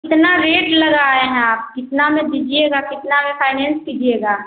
कितना रेट लगाए हैं आप कितने में दीजिएगा कितने में फाइनेंस कीजिएगा